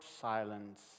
silence